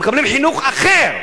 הם מקבלים חינוך אחר,